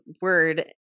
word